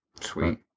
Sweet